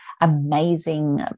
amazing